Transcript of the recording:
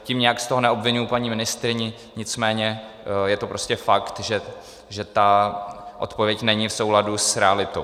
Tím nijak z toho neobviňuji paní ministryni, nicméně je to prostě fakt, že ta odpověď není v souladu s realitou.